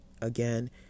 again